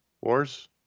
Wars